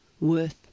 worth